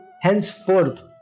Henceforth